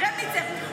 קרמניצר,